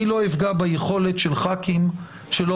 אני לא אפגע ביכולת של חברי כנסת שלא